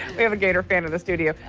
we have a gator fan in the studio.